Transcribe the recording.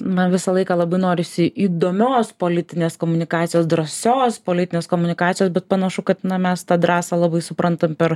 man visą laiką labai norisi įdomios politinės komunikacijos drąsios politinės komunikacijos bet panašu kad mes tą drąsą labai suprantam per